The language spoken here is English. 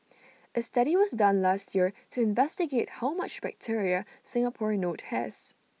A study was done last year to investigate how much bacteria Singapore note has